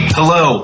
Hello